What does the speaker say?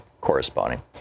corresponding